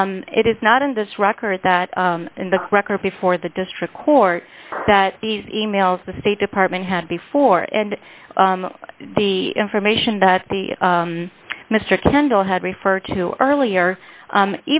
it is not in this record that in the record before the district court that these e mails the state department had before and the information that the mr kendall had referred to earlier